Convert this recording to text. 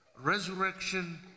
resurrection